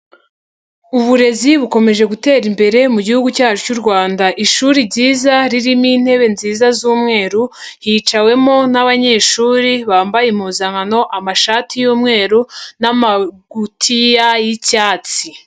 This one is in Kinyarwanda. Uburezi bukomeje gutera imbere mu gihugu cyacu cy'u Rwanda. Ishuri ryiza ririmo intebe nziza z'umweru, hicawemo n'abanyeshuri bambaye impuzankano amashati y'umweru n'amagutiya y'icyatsi.